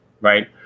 right